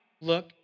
look